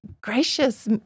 gracious